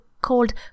called